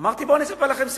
אמרתי: בואו אספר לכם סיפור,